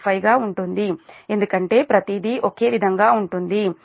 25 గా ఉంటుంది ఎందుకంటే ప్రతిదీ ఒకే విధంగా ఉంటుంది ఎందుకంటే ఈ 0